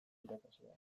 irakasleak